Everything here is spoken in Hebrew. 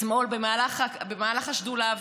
אתמול במהלך השדולה.